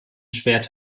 schwert